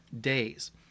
days